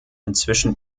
inzwischen